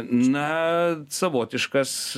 na savotiškas